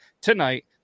tonight